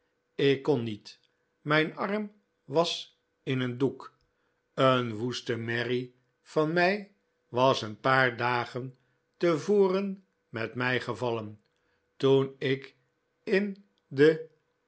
ik kon niet mijn arm was in een doek een woeste merrie van mij was een paar dagen te voren met mij gevallen toen ik in de